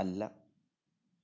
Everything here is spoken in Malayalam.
അല്ല